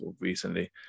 recently